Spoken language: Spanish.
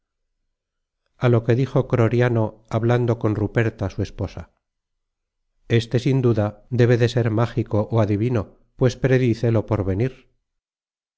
a lo que dijo croriano hablando con ruperta su esposa este sin duda debe de ser mágico ó adivino pues predice lo por venir